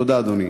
תודה, אדוני.